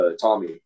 Tommy